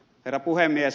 herra puhemies